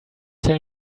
tell